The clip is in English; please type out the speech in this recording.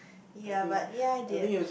ya but ya I did